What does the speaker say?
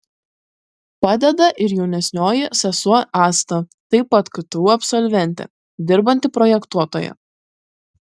padeda ir jaunesnioji sesuo asta taip pat ktu absolventė dirbanti projektuotoja